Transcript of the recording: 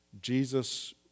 Jesus